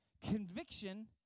conviction